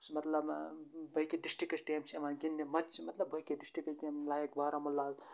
یُس مَطلَب باقٕے ڈِسٹرکٕچ ٹیٖم چھِ یِوان گِنٛدنہِ مہ چھِ مَطلَب باقٕے ڈِسٹرکٕچ ٹیٖم لایک بارہمولاہَس